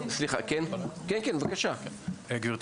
גברתי,